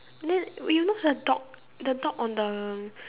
then you know the dog the dog on the